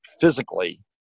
physically